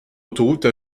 autoroute